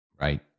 Right